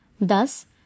Thus